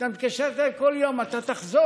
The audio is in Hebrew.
היא הייתה מתקשרת אליי כל יום: אתה תחזור,